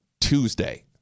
Tuesday